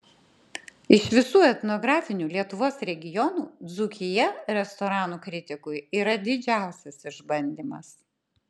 iš visų etnografinių lietuvos regionų dzūkija restoranų kritikui yra didžiausias išbandymas